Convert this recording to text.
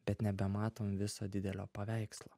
bet nebematom viso didelio paveikslo